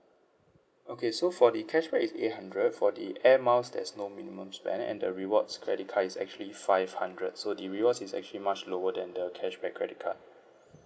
okay so for the cashback is eight hundred for the airmiles there's no minimum spend and the rewards credit card is actually five hundred so the rewards is actually much lower than the cashback credit card